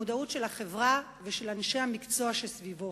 המודעות של החברה ושל אנשי המקצוע שסביבו.